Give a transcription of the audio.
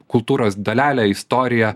kultūros dalelę istoriją